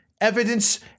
evidence